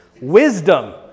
Wisdom